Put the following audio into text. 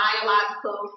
biological